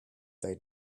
they